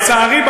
לצערי,